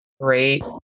great